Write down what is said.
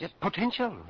Potential